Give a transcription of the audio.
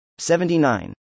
79